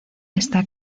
está